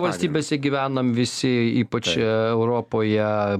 valstybėse gyvenam visi ypač europoje